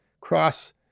cross